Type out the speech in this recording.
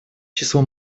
число